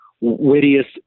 wittiest